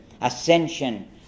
ascension